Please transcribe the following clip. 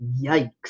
Yikes